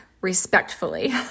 respectfully